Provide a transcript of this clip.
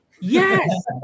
Yes